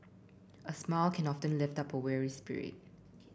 a smile can often lift up a weary spirit